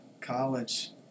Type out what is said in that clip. college